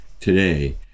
today